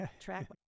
track